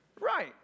Right